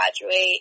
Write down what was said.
graduate